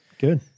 good